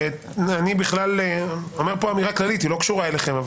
אומר פה אמירה כללית שלא קשורה אליכם,